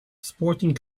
sporting